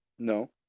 No